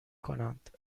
کنند